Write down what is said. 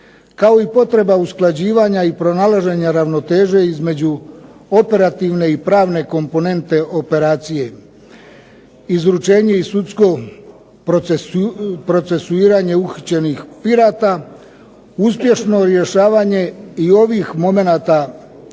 kao i potreba usklađivanja i pronalaženja ravnoteže između operativne i pravne komponente operacije, izručenje i sudsko procesuiranje uhićenih pirata, uspješno rješavanje i ovih momenata